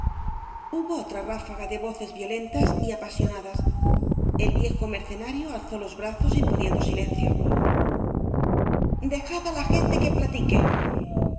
hubo otra ráfaga de voces violentas y apasionadas el viejo mercenario alzó los brazos imponiendo silencio dejad á la gente que platique